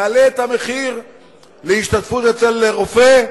נעלה את המחיר לביקור אצל רופא,